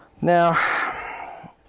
Now